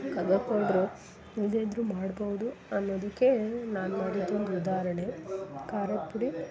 ಕಬಾಬ್ powder ಇಲ್ಲದೇ ಇದ್ರೂ ಮಾಡ್ಬೌದು ಅನ್ನೋದಕ್ಕೇ ನಾನು ಮಾಡಿದ್ದೊಂದು ಉದಾಹರಣೆ ಖಾರದ ಪುಡಿ